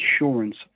insurance